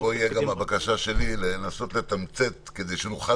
אז הבקשה שלי היא לנסות לתמצת כדי שנוכל